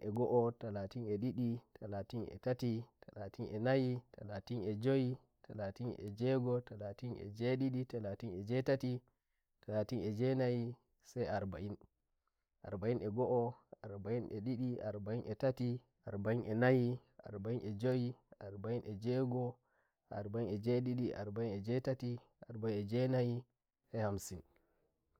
e go'o, talatin e ndidi, talatin e tati, talatin e nayi, talatin e njoyi, talatin e nje go'o, talatin e nje ndidi, talatin e nje nayisai arba'inarba'in e go'o, arba'in e ndidi, arba'in e tati, arba'in e nayi, arba'in e njoyi, arba'in e nje go'o, arba'in e nje ndidi, arba'in e nje tati, arba'in e nayi sai hamsin